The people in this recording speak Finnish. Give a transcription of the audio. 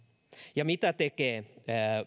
ja mitä tekee